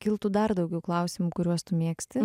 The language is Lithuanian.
kiltų dar daugiau klausimų kuriuos tu mėgsti